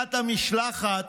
שליחת המשלחת